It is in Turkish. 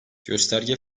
gösterge